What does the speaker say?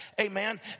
Amen